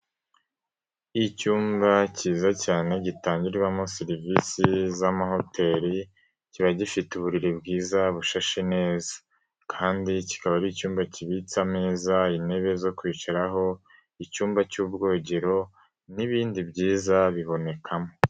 Icyumba cyiza cyane gitangirwamo serivisi z'amahoteri kiba gifite uburiri bwiza bushashe neza kandi kikaba ari icyumba kibitse ameza, intebe zo kwicaraho, icyumba cy'ubwogero n'ibindi byiza bibonekamo.